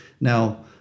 now